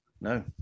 no